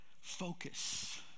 focus